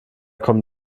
kommen